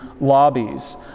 lobbies